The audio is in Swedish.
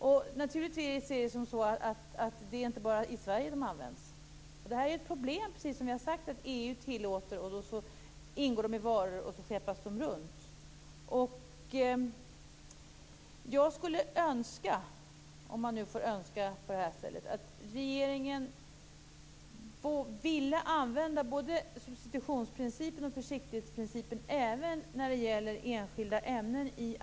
Det är naturligtvis inte bara i Sverige de används. Ett problem är ju att EU tillåter dem. De ingår i varor och så skeppas de runt. Jag skulle önska, om man nu får göra det, att regeringen i arbetet internationellt ville använda både substitutionsprincipen och försiktighetsprincipen även när det gäller enskilda ämnen.